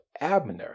Abner